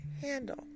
handle